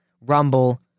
Rumble